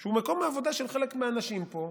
שהוא מקום העבודה של חלק מהאנשים פה,